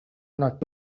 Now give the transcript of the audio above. not